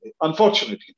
unfortunately